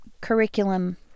curriculum